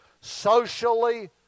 socially